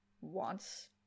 wants